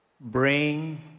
bring